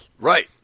Right